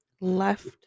left